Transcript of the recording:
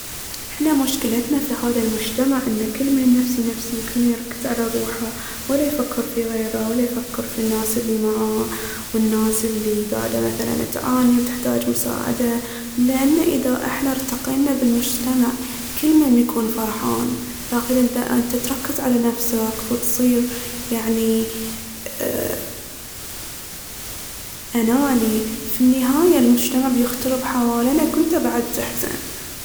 احنا مشكلتنا في هاذا المجتمع ان كل مين نفسي نفسي، وكل مين يركز على روحه ولا يفكر في غيره، ولا يفكر في الناس اللي معاه، والناس اللي قاعدة مثلاً تعاني وتحتاج مساعدة. لأن اذا احنا ارتقينا بالمجتمع كل مين بيكون فرحان لكن اذا انت تركز على نفسك وتصير يعني أناني، في النهاية المجتمع بيخترب حوالينك، وانت بعد بتحزن.